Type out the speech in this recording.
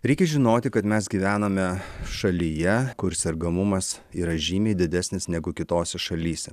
reikia žinoti kad mes gyvename šalyje kur sergamumas yra žymiai didesnis negu kitose šalyse